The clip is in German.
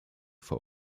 vor